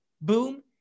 boom